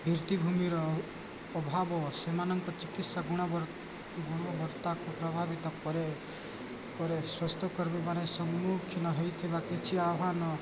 ଭିତ୍ତିଭୂମିର ଅଭାବ ସେମାନଙ୍କ ଚିକିତ୍ସା ଗୁଣବତ୍ତାକୁ ପ୍ରଭାବିତ କରେ ପରେ ସ୍ୱାସ୍ଥ୍ୟ ମାନେ ସମ୍ମୁଖୀନ ହେଇଥିବା କିଛି ଆହ୍ୱାନ